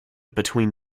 between